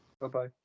Bye-bye